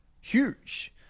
huge